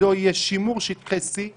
שתפקידו יהיה שימור שטחי C,